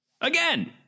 Again